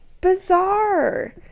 bizarre